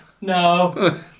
No